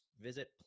visit